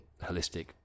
holistic